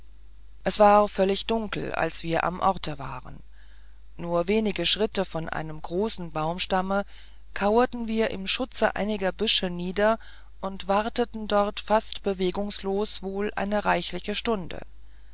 es war völlig dunkel als wir am orte waren nur wenige schritte von einem großen baumstamme kauerten wir im schutze einiger büsche nieder und warteten dort fast bewegungslos wohl eine reichliche stunde